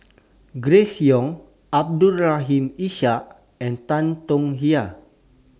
Grace Young Abdul Rahim Ishak and Tan Tong Hye